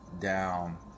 down